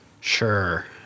Sure